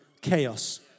chaos